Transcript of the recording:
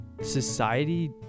society